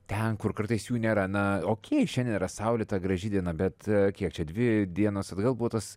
ten kur kartais jų nėra na okei šiandien yra saulėta graži diena bet kiek čia dvi dienos atgal buvo tas